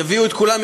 יביאו את כולם,